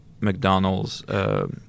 McDonald's